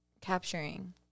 capturing